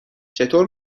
چطور